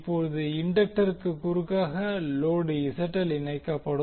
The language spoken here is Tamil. இப்போது இண்டக்டருக்கு குறுக்காக லோடு ZL இணைக்கப்படும்